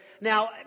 Now